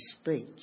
speech